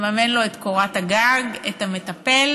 מממן לו את קורת הגג, את המטפל,